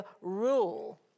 rule